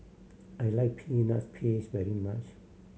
I like peanuts paste very much